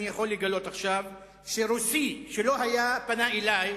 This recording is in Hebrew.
אני יכול לגלות עכשיו שרוסי שלא היה פנה אלי,